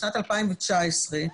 בשנת 2019,